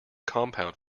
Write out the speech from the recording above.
compound